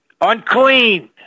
Unclean